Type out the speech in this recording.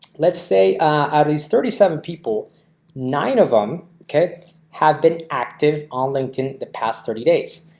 let's say at least thirty seven people nine of them. okay have been active on linkedin the past thirty days.